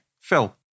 Phil